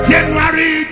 January